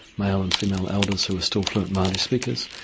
male and female elders who were still fluent maori speakers,